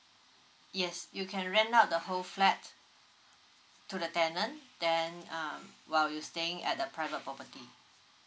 yes you can rent out the whole flat to the tenant then um while you staying at the private property